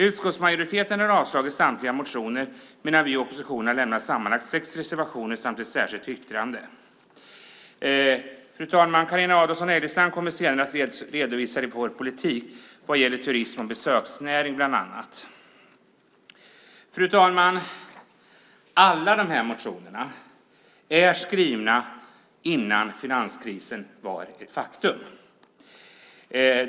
Utskottsmajoriteten har avstyrkt samtliga motioner medan vi i oppositionen har lämnat sammanlagt sex reservationer samt ett särskilt yttrande. Fru talman! Carina Adolfsson Elgestam kommer senare att redovisa vår politik vad gäller bland annat turism och besöksnäring. Fru talman! Alla dessa motioner väcktes innan finanskrisen var ett faktum.